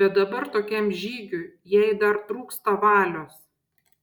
bet dabar tokiam žygiui jai dar trūksta valios